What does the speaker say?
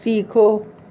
سیکھو